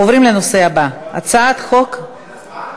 עוברים לנושא הבא: הצעת חוק, הצבעה.